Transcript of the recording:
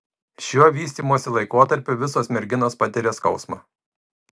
šiuo vystymosi laikotarpiu visos merginos patiria skausmą